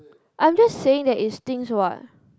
I'm just saying that it stinks what